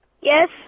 Yes